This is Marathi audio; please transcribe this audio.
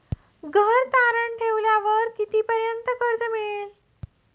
घर तारण ठेवल्यावर कितीपर्यंत कर्ज मिळेल?